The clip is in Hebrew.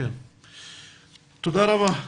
תודה רבה.